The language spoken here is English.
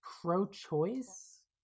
pro-choice